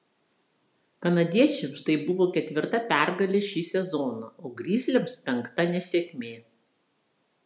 kanadiečiams tai buvo ketvirta pergalė šį sezoną o grizliams penkta nesėkmė